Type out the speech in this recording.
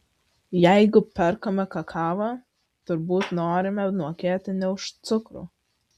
jeigu perkame kakavą turbūt norime mokėti ne už cukrų